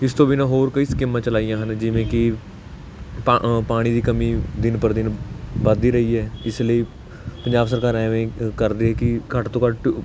ਇਸ ਤੋਂ ਬਿਨਾਂ ਹੋਰ ਕਈ ਸਕੀਮਾਂ ਚਲਾਈਆਂ ਹਨ ਜਿਵੇਂ ਕਿ ਪਾ ਪਾਣੀ ਦੀ ਕਮੀ ਦਿਨ ਪਰ ਦਿਨ ਵਧਦੀ ਰਹੀ ਹੈ ਇਸ ਲਈ ਪੰਜਾਬ ਸਰਕਾਰ ਐਵੇਂ ਕਰਦੀ ਹੈ ਕਿ ਘੱਟ ਤੋਂ ਘੱਟ